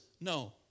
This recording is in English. no